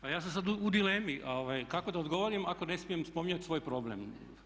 Pa ja sam sada u dilemi kako da odgovorim ako ne smijem spominjati svoj problem.